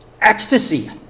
ecstasy